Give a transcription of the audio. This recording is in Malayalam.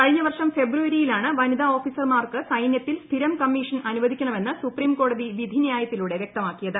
കഴിഞ്ഞ വർഷം ഫെബ്രുവരിയിലാണ് വനിതാ ഓഫീസർമാർക്ക് സൈന്യത്തിൽ സ്ഥിരം കമ്മീഷൻ അനുവദിക്കണമെന്ന് സുപ്രീംകോടതി വിധി ന്യായത്തിലൂടെ വ്യക്തമാക്കിയത്